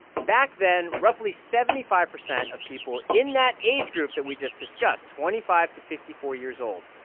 back then, roughly seventy five percent of people in that age group that we just discussed, twenty five to fifty four years old,